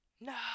No